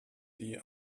die